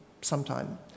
sometime